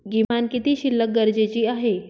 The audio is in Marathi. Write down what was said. किमान किती शिल्लक गरजेची आहे?